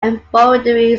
embroidery